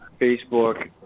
Facebook